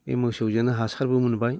बे मोसौजोंनो हासारबो मोनबाय